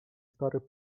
stary